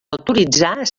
autoritzar